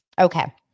Okay